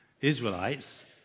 Israelites